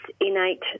innate